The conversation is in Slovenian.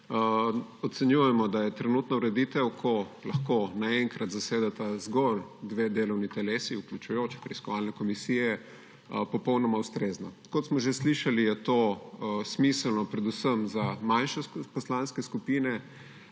Ocenjujemo, da je trenutna ureditev, ko lahko naenkrat zasedata zgolj dve delovni telesi, vključujoč preiskovalne komisije, popolnoma ustrezna. Kot smo že slišali, je to smiselno predvsem za manjše poslanske skupine.